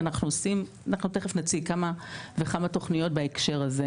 ואנחנו תכף נציג כמה וכמה תוכניות בהקשר הזה.